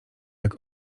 jak